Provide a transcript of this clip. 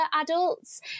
adults